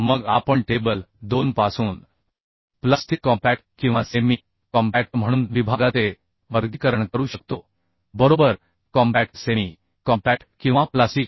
मग आपण टेबल 2 पासून प्लास्टिक कॉम्पॅक्टकिंवा सेमी कॉम्पॅक्ट म्हणून विभागाचे वर्गीकरण करू शकतो बरोबर कॉम्पॅक्ट सेमी कॉम्पॅक्ट किंवा प्लास्टिक